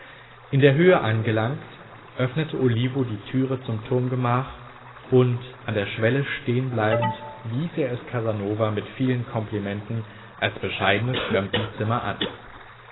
in der höhe angelangt öffnete olivo die türe zum turmgemach und an der schwelle stehenbleibend wies er es casanova mit vielen komplimenten als bescheidenes fremdenzimmer an